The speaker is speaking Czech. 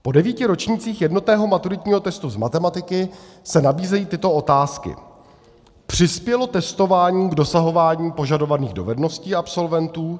Po devíti ročnících jednotného maturitního testu z matematiky se nabízejí tyto otázky: Přispělo testování k dosahování požadovaných dovedností absolventů?